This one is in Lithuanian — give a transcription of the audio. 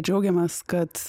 džiaugiamės kad